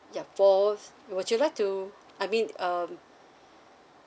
yup both would you like to I mean um